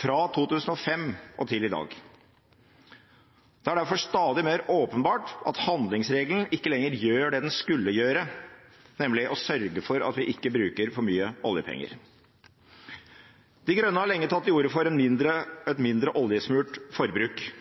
fra 2005 og til i dag. Det er derfor stadig mer åpenbart at handlingsregelen ikke lenger gjør det den skulle gjøre, nemlig å sørge for at vi ikke bruker for mye oljepenger. De Grønne har lenge tatt til orde for et mindre oljesmurt forbruk,